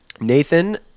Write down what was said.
Nathan